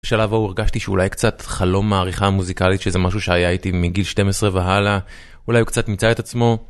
בשלב הוא הרגשתי שאולי קצת חלום מעריכה מוזיקלית, שזה משהו שהייתי מגיל 12 והלאה, אולי הוא קצת נמצא את עצמו.